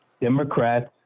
Democrats